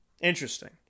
Interesting